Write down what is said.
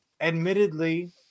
admittedly